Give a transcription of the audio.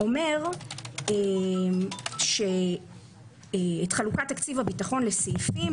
אומר שאת חלוקת תקציב הביטחון לסעיפים,